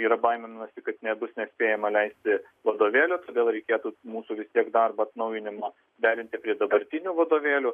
yra baiminuosi kad nebus nespėjama leisti vadovėlių todėl reikėtų mūsų vis tiek darbo atnaujinimą derinti prie dabartinių vadovėlių